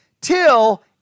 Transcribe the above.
till